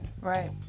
right